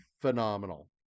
phenomenal